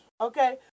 Okay